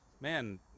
man